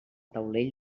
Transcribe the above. taulell